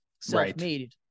self-made